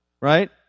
Right